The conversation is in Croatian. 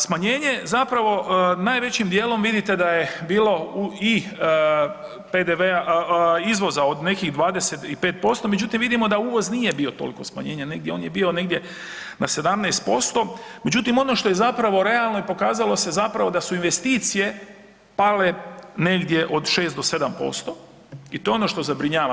Smanjenje zapravo najvećim dijelom vidite da je bilo u i PDV-a izvoza od nekih 25%, međutim vidimo da uvoz nije bio toliko smanjenje negdje on je bio negdje na 17%, međutim ono što je zapravo realno i pokazalo se zapravo da su investicije pale negdje od 6 do 7% i to je ono što zabrinjava.